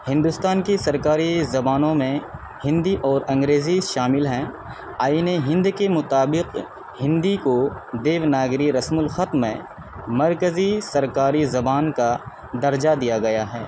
ہندوستان کی سرکاری زبانوں میں ہندی اور انگریزی شامل ہیں آئین ہند کے مطابق ہندی کو دیوناگری رسم الخط میں مرکزی سرکاری زبان کا درجہ دیا گیا ہے